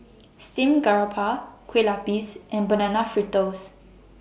Steamed Garoupa Kueh Lupis and Banana Fritters